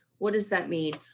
what does that mean,